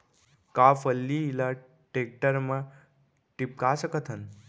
का फल्ली ल टेकटर म टिपका सकथन?